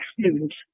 students